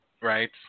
Right